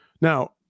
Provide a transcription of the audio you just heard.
Now